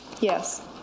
yes